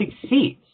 succeeds